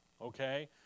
Okay